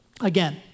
Again